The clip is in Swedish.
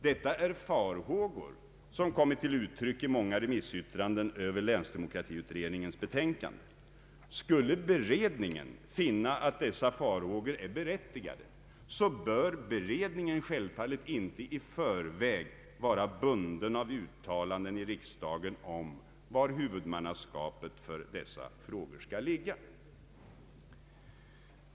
Detta är farhågor som kommer till uttryck i många remissyttranden över länsdemokratiutredningens betänkande. Skulle beredningen finna att dessa farhågor är berättigade, bör bered ningen självfallet inte i förväg vara bunden av uttalanden i riksdagen om var huvudmannaskapet för dessa frågor skall ligga.